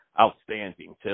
outstanding